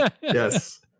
Yes